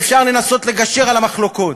ואפשר לנסות לגשר על המחלוקות.